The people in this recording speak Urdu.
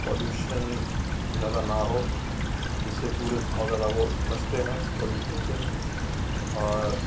پولوشن زیادہ نہ ہو جس سے ٹورسٹ بہت زیادہ وہ بچتے ہیں پولوشن سے اور